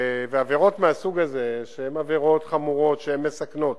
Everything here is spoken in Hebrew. עבירות מהסוג הזה שהן עבירות חמורות ומסכנות